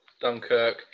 Dunkirk